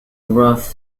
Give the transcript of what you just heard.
rough